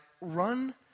run